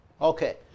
Okay